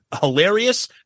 hilarious